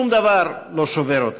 שום דבר לא שובר אותם.